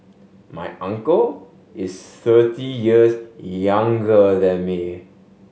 my uncle is thirty years younger than me